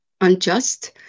unjust